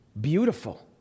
beautiful